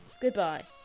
Goodbye